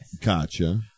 Gotcha